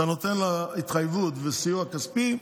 אתה נותן לה התחייבות וסיוע כספי,